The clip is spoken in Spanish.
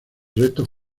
restos